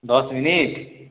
দশ মিনিট